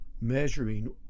measuring